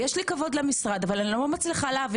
יש לי כבוד למשרד, אבל אני לא מצליחה להבין.